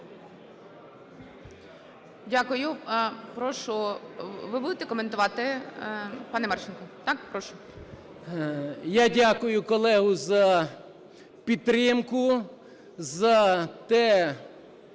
Я дякую колегу за підтримку, за те